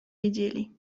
wiedzieli